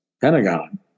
Pentagon